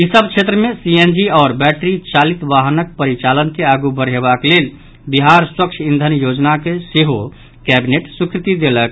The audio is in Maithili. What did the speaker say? ई सभ क्षेत्र मे सीएनजी आओर बैटरी चालित वाहनक परिचालन के आगू बढ़ेबाक लेल बिहार स्वच्छ ईंधन योजना के सेहो कैबिनेट स्वीकृति देलक